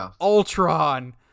Ultron